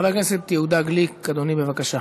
חבר הכנסת יהודה גליק, אדוני, בבקשה.